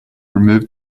removed